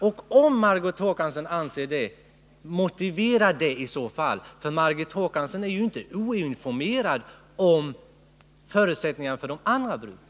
Om Margot Håkansson anser det tycker jag att hon skall motivera det, för hon är ju inte oinformerad om förutsättningarna för de bruken.